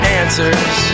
answers